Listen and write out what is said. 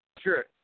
Sure